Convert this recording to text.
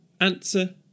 Answer